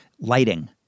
Lighting